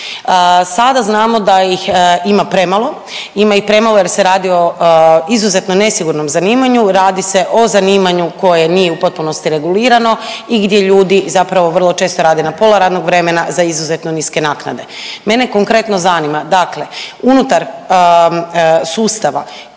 Sada znamo da ih ima premalo, ima ih premalo jer se radi o izuzetno nesigurnom zanimanju, radi se o zanimanju koje nije u potpunosti regulirano i gdje ljudi zapravo vrlo često rade na pola radnog vremena za izuzetno niske naknade. Mene konkretno zanima, dakle unutar sustava